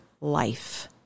life